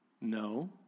no